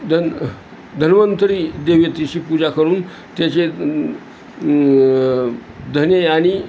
धन धनवंतरी देवतेची पूजा करून त्याचे धणे आणि